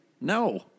No